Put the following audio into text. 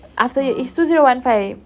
after yo~ it's two zero one five